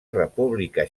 república